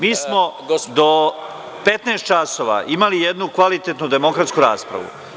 Mi smo do 15.00 časova imali jednu kvalitetnu demokratsku raspravu.